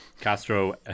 Castro